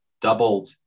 doubled